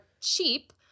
cheap